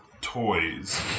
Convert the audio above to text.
toys